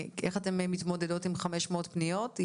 איך אתן מתמודדות עם 500 פניות?